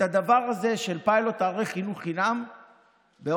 את הדבר הזה של פיילוט ערי חינוך חינם סיכמתי